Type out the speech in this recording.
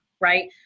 right